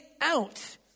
out